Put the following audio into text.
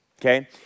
okay